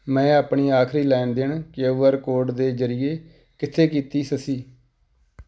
ਮੈਂ ਆਪਣੀ ਆਖਰੀ ਲੈਣ ਦੇਣ ਕਿਊ ਆਰ ਕੋਡ ਦੇ ਜ਼ਰੀਏ ਕਿੱਥੇ ਕੀਤੀ ਸੀ